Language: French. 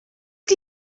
qui